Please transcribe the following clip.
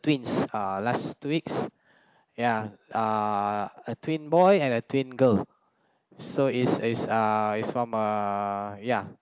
twins uh last two weeks ya uh a twin boy and a twin girl so is is uh is from uh ya